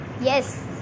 Yes